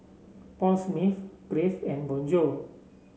Paul Smith Crave and Bonjour